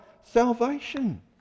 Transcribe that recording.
salvation